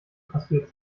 passiert